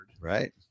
right